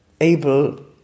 able